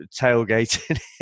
tailgating